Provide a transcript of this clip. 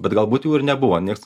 bet galbūt jų ir nebuvo nieks